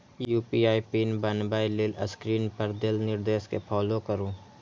UPI PIN बनबै लेल screen पर देल निर्देश कें फॉलो करू